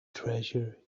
treasure